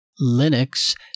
Linux